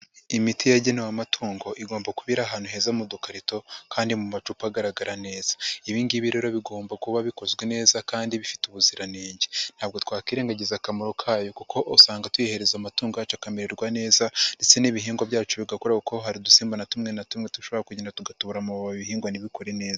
Imiti yagenewe amatungo igomba kuba iri ahantu heza mu dukarito kandi mu macupa agaragara neza. Ibi ngibi rero bigomba kuba bikozwe neza kandi bifite ubuziranenge. Ntabwo twakwirengagiza akamaro kayo kuko usanga tuyihereza amatungo yacu akamererwa neza ndetse n'ibihingwa byacu bigakura kuko hari udusimba na tumwe na tumwe dushobora kugenda tugatobora amababi ibihingwa ntibikure neza.